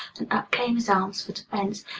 and up came his arms for defense,